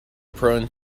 prone